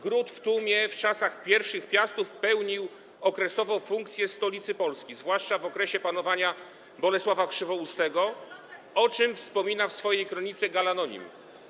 Gród w Tumie w czasach pierwszych Piastów pełnił okresowo funkcję stolicy Polski, zwłaszcza w okresie panowania Bolesława Krzywoustego, o czym wspomina w swojej kronice Gall Anonim.